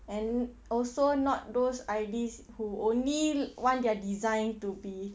and also not those I_Ds who only one they're designed to be